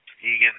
Egan